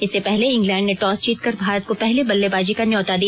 इससे पहले इंग्लैंड ने टॉस जीतकर भारत को पहले बल्लेबाजी का न्यौता दिया